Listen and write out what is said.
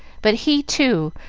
but he, too,